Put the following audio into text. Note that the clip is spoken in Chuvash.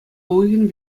уйӑхӗн